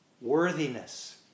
worthiness